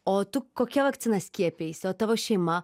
o tu kokia vakcina skiepijaisi o tavo šeima